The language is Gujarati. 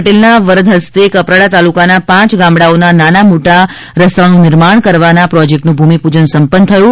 પટેલના વરદહ્સ્તે કપરાડા તાલુકાના પાંચ ગામડાઓના નાના મોટા રસ્તાનું નિર્માણ કરવાના પ્રોજેક્ટનું ભૂમિપૂજન સંપન્ન થયું છે